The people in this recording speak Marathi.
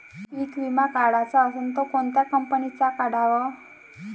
पीक विमा काढाचा असन त कोनत्या कंपनीचा काढाव?